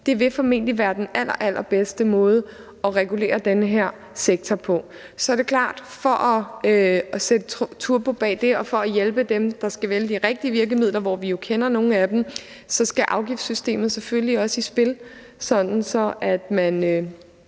vil formentlig være den allerallerbedste måde at regulere den her sektor på. Så er det klart, at for at sætte turbo på det og for at hjælpe dem, der skal vælge de rigtige virkemidler, hvor vi kender nogle af dem, skal afgiftssystemet selvfølgelig også i spil, sådan